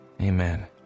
amen